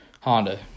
Honda